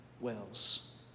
wells